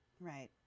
Right